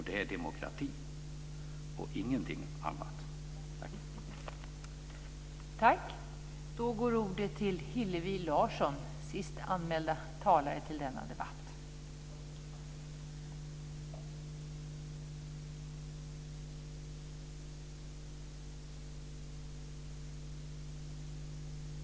Det är demokrati och ingenting annat. Tack!